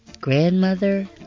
Grandmother